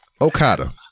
Okada